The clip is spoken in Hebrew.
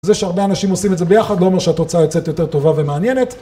זה שהרבה אנשים עושים את זה ביחד, לא ממה שהתוצאה יוצאת יותר טובה ומעניינת.